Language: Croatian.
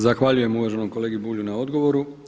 Zahvaljujem uvaženom kolegi Bulju na odgovoru.